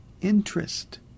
interest